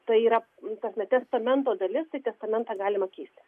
tai yra ta prasme testamento dalis tai testamentą galima keisti